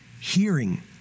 hearing